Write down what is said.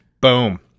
Boom